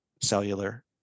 cellular